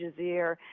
Jazeera